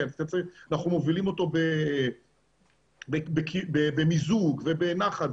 אנחנו מובילים אותו במיזוג ובנחת,